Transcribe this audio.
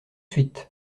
suite